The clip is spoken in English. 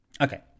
Okay